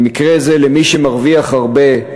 במקרה זה לגבי מי שמרוויח הרבה,